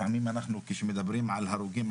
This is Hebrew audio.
כשמדברים על הרוגים,